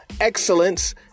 Excellence